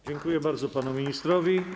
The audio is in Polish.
Dziękuję bardzo panu ministrowi.